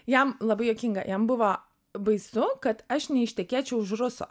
jam labai juokinga jam buvo baisu kad aš neištekėčiau už ruso